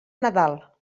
nadal